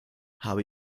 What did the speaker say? habe